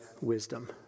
wisdom